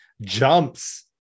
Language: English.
jumps